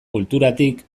kulturatik